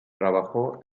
trabajó